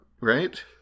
Right